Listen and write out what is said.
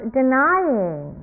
denying